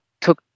took